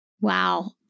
Wow